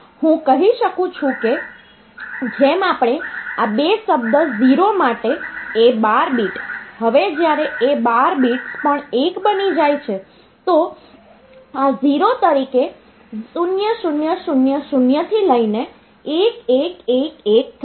તેથી હું કહી શકું છું કે જેમ આપણે આ 2 શબ્દ 0 માટે A12 બીટ હવે જ્યારે A12 બિટ્સ પણ 1 બની જાય છે તો આ 0 તરીકે 0000 થી લઈને 1111 થશે